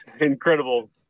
incredible